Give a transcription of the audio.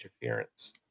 interference